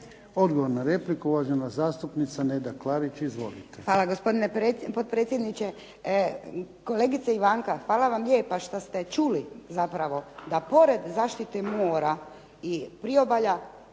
Odgovor na repliku, uvažena zastupnica Neda Klarić. Izvolite. **Klarić, Nedjeljka (HDZ)** Hvala, gospodine potpredsjedniče. Kolegice Ivanka, hvala vam lijepa što ste čuli zapravo da pored zaštite mora i priobalja